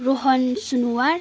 Rohan Sunuwar